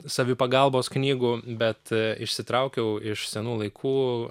savipagalbos knygų bet išsitraukiau iš senų laikų